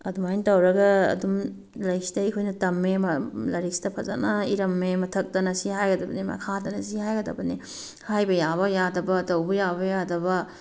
ꯑꯗꯨꯃꯥꯏꯅ ꯇꯧꯔꯒ ꯑꯗꯨꯝ ꯂꯥꯏꯔꯤꯁꯤꯗꯒꯤ ꯑꯩꯈꯣꯏꯅ ꯇꯝꯃꯦ ꯂꯥꯏꯔꯤꯛꯁꯤꯗ ꯐꯖꯅ ꯏꯔꯝꯃꯦ ꯃꯊꯛꯇꯅ ꯁꯤ ꯍꯥꯏꯒꯗꯕꯅꯤ ꯃꯈꯥꯗꯅ ꯁꯤ ꯍꯥꯏꯒꯗꯕꯅꯤ ꯍꯥꯏꯕ ꯌꯥꯕ ꯌꯥꯗꯕ ꯇꯧꯕ ꯌꯥꯕ ꯌꯥꯗꯕ